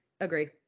Agree